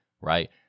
right